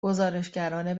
گزارشگران